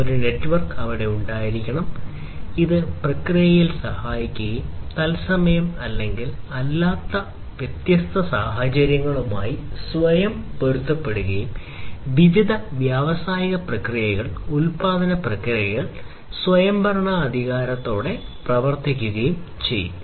ഒരു നെറ്റ്വർക്ക് അവിടെ ഉണ്ടായിരിക്കണം ഇത് പ്രക്രിയയിൽ സഹായിക്കുകയും തത്സമയം അല്ലെങ്കിൽ തത്സമയം അല്ലാത്ത വ്യത്യസ്ത സാഹചര്യങ്ങളുമായി സ്വയം പൊരുത്തപ്പെടുകയും വിവിധ വ്യാവസായിക പ്രക്രിയകൾ ഉൽപാദന പ്രക്രിയകൾ സ്വയംഭരണാധികാരത്തോടെ പ്രവർത്തിക്കുകയും ചെയ്യും